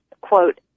quote